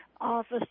office